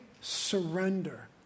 surrender